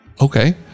okay